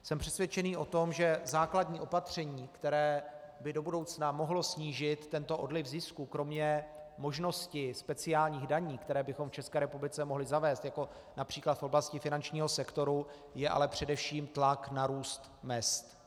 Jsem přesvědčený o tom, že základní opatření, které by do budoucna mohlo snížit tento odliv zisků kromě možnosti speciálních daní, které bychom v České republice mohli zavést, jako například v oblasti finančního sektoru, je ale především tlak na růst mezd.